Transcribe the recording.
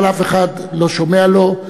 אבל אף אחד לא שומע לו,